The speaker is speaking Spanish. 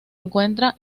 encuentra